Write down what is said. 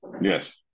Yes